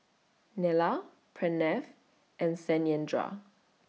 Neila Pranav and Satyendra